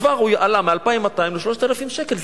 כבר הוא עלה מ-2,200 ל-3,000 שקלים.